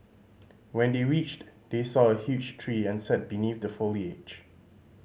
when they reached they saw a huge tree and sat beneath the foliage